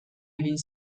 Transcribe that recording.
egin